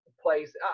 place